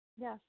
Yes